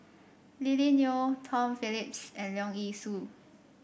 Lily Neo Tom Phillips and Leong Yee Soo